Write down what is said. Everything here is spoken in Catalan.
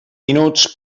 minuts